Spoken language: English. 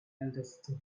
understood